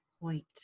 point